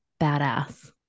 badass